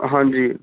ਹਾਂਜੀ